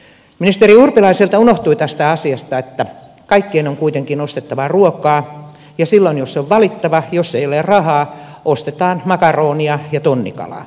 ministeri urpilaiselta unohtui tästä asiasta että kaikkien on kuitenkin ostettava ruokaa ja silloin jos on valittava jos ei ole rahaa ostetaan makaronia ja tonnikalaa